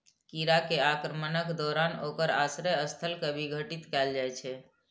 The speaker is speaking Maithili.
कीड़ा के आक्रमणक दौरान ओकर आश्रय स्थल कें विघटित कैल जा सकैए